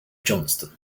johnston